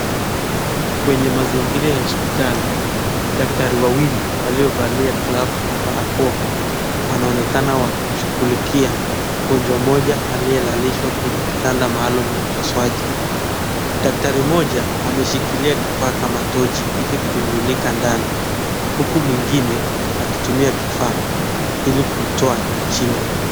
Kwenye mazingira hospitali daktari wawili walio valia glovu na barakoa wanaonekana wakimshukulikia mgonjwa mmoja alliyelalishwa kwenye kitanda maalum ya kipasuaji. Daktari mmoja ameshikilia kifaa kama tochi ili kumulika ndani huku mwingine akitumia kifaa ili kutoa jino.